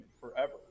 forever